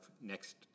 next